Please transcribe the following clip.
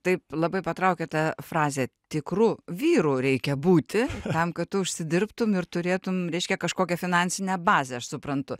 taip labai patraukėte fraze tikru vyru reikia būti tam kad užsidirbtum ir turėtum reiškia kažkokią finansinę bazę aš suprantu